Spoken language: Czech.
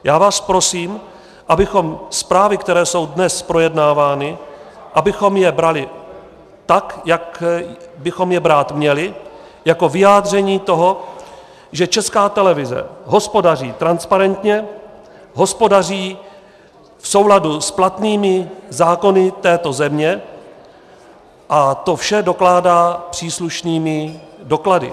Já vás prosím, abychom zprávy, které jsou dnes projednávány, abychom je brali tak, jak bychom je brát měli, jako vyjádření toho, že Česká televize hospodaří transparentně, hospodaří v souladu s platnými zákony této země, a to vše dokládá příslušnými doklady.